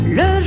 le